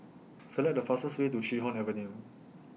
Select The fastest Way to Chee Hoon Avenue